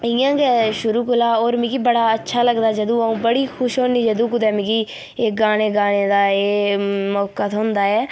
इ'यां गै शुरू कोला होर मिगी बड़ा अच्छा लगदा ऐ जदूं आ'ऊं बड़ी खुश होन्नी जदूं कुदै मिगी एह् गाने गाने दा ऐ एह् मौका थ्होंदा ऐ